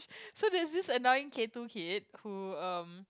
so there is this annoying K two kid who um